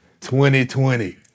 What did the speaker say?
2020